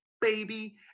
baby